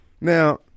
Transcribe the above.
Now